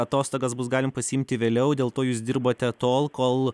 atostogas bus galim pasiimti vėliau dėl to jūs dirbote tol kol